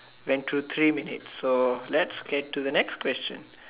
went through three minutes so let's get to the next question